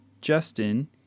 Justin